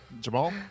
Jamal